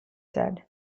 said